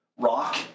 rock